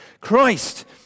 Christ